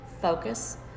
focus